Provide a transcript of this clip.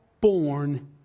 born